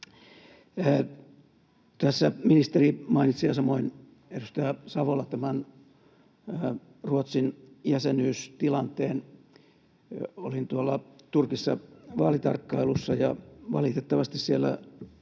Tässä ministeri, ja samoin edustaja Savola, mainitsi tämän Ruotsin jäsenyystilanteen. Olin tuolla Turkissa vaalitarkkailussa, ja valitettavasti siellä